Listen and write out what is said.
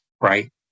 right